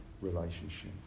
relationship